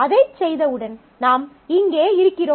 அதைச் செய்தவுடன் நாம் இங்கே இருக்கிறோம்